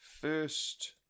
first